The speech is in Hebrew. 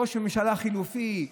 ראש ממשלה חלופי,